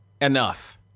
enough